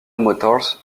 motors